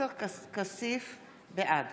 בעד